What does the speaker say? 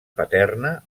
paterna